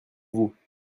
vous